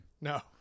No